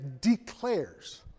declares